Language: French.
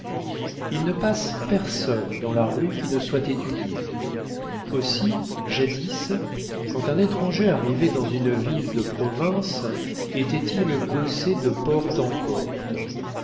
il ne passe personne dans la rue qui ne soit étudié aussi jadis quand un étranger arrivait dans une ville de province était-il gaussé de porte en porte